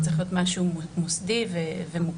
זה צריך להיות משהו מוסדי ומוכר.